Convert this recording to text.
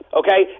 okay